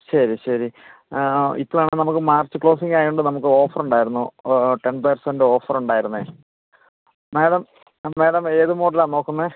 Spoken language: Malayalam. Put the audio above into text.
ശരി ശരി ഇപ്പം ആണേൽ നമുക്ക് മാർച്ച് ക്ലോസിങ് ആയതുകൊണ്ട് നമുക്ക് ഓഫർ ഉണ്ടായിരുന്നു ടെൻ പെർസന്റ് ഓഫർ ഉണ്ടായിരുന്നു മേഡം മേഡം ഏത് മോഡലാണ് നോക്കുന്നത്